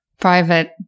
private